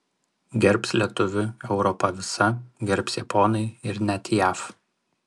gerbs lietuvį europa visa gerbs japonai ir net jav